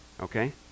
Okay